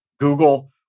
Google